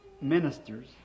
Ministers